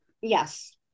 yes